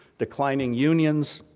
declining unions,